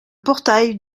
portail